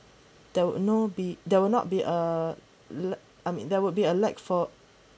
there would no be there will not be a la~ I mean there would be a lack for